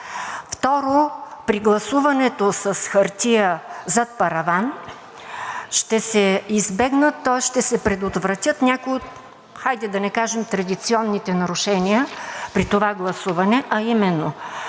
Второ, при гласуването с хартия зад параван ще се избегнат, тоест ще се предотвратят някои, хайде да не кажем традиционни, нарушения при това гласуване, а именно: